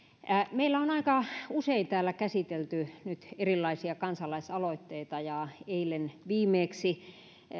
meillä on aika usein täällä käsitelty nyt erilaisia kansalaisaloitteita eilen viimeksi